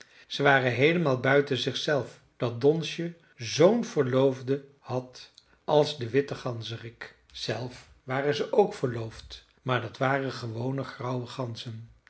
ze waren heelemaal buiten zichzelf dat donsje zoo'n verloofde had als de witte ganzerik zelf waren ze ook verloofd maar dat waren gewone grauwe ganzen